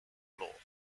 law